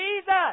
Jesus